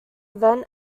event